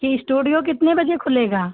जी studio कितने बजे खुलेगा